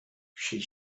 she